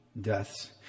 deaths